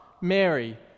Mary